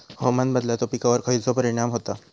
हवामान बदलाचो पिकावर खयचो परिणाम होता?